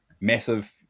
Massive